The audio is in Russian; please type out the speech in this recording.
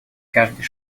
каждый